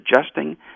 adjusting